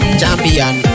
champion